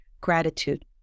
gratitude